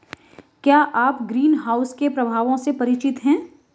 क्या आप ग्रीनहाउस के प्रभावों से परिचित हैं?